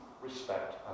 respect